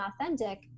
authentic